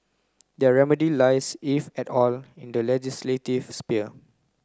their remedy lies if at all in the legislative sphere